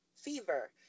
fever